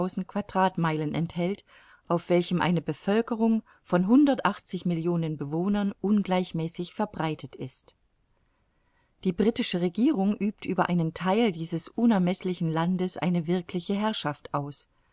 quadratmeilen enthält auf welchem eine bevölkerung von hundertundachtzig millionen bewohnern ungleichmäßig verbreitet ist die britische regierung übt über einen theil dieses unermeßlichen landes eine wirkliche herrschaft aus